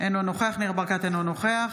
אינו נוכח ניר ברקת, אינו נוכח